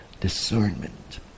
discernment